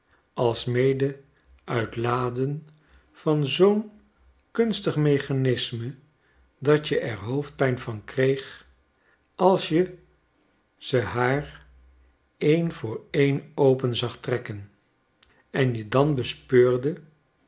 alsmede uit laden van zoo'n kunstig mechanisme dat je er hoofdpijri van kreeg als je ze haar een voor een open zag trekken en je dan bespeurde